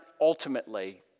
ultimately